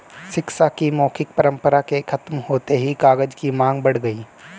शिक्षा की मौखिक परम्परा के खत्म होते ही कागज की माँग बढ़ गई